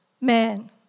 man